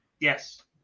Yes